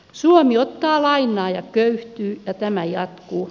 suomi ottaa lainaa ja köyhtyy ja tämä jatkuu